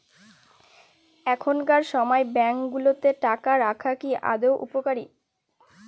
এখনকার সময় ব্যাঙ্কগুলোতে টাকা রাখা কি আদৌ উপকারী?